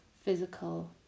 physical